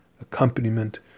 accompaniment